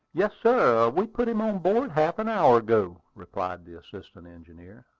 yes, sir we put him on board half an hour ago, replied the assistant engineer,